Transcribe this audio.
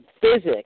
physics